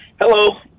Hello